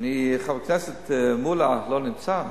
חבר הכנסת מולה לא נמצא,